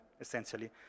essentially